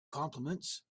compliments